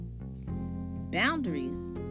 Boundaries